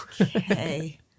Okay